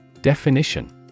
Definition